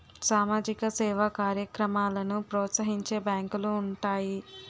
సామాజిక సేవా కార్యక్రమాలను ప్రోత్సహించే బ్యాంకులు ఉంటాయి